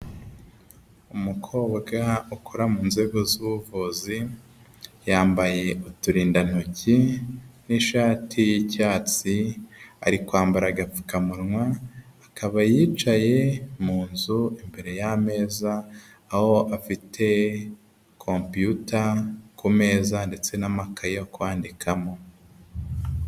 Umukobwa ukora mu nzego z'ubuvuzi yambaye uturindantoki n'ishati y'icyatsi ari kwambara agapfukamunwa akaba yicaye mu nzu imbere y'ameza aho afite kompiyuta ku meza ndetse n'amakayi yo kwandikamo.